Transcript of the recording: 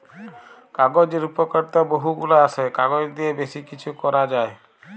কাগজের উপকারিতা বহু গুলা আসে, কাগজ দিয়ে বেশি কিছু করা যায়